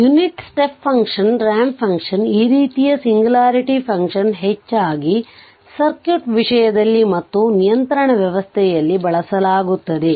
ಆದ್ದರಿಂದ unit step function ramp function ಈ ರೀತಿಯ ಸಿಂಗ್ಯುಲಾರಿಟಿ ಫಂಕ್ಷನ್ ಹೆಚ್ಚಾಗಿ ಸರ್ಕ್ಯೂಟ್ ವಿಷಯದಲ್ಲಿ ಮತ್ತು ನಿಯಂತ್ರಣ ವ್ಯವಸ್ಥೆಯಲ್ಲಿ ಬಳಸಲಾಗುತ್ತದೆ